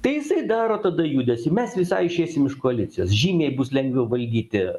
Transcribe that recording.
tai jisai daro tada judesį mes visai išeisim iš koalicijos žymiai bus lengviau valdyti